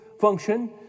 function